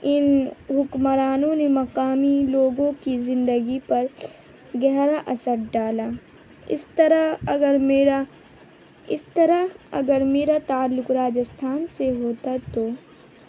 ان حکمرانوں نے مقامی لوگوں کی زندگی پر گہرا اثر ڈالا اس طرح اگر میرا اس طرح اگر میرا تعلق راجستھان سے ہوتا تو